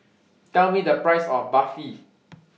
Tell Me The Price of Barfi